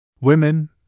Women